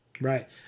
Right